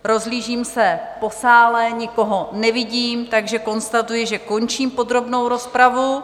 Rozhlížím se po sále, nikoho nevidím, takže konstatuji, že končím podrobnou rozpravu.